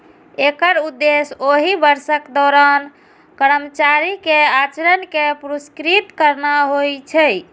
एकर उद्देश्य ओहि वर्षक दौरान कर्मचारी के आचरण कें पुरस्कृत करना होइ छै